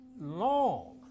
long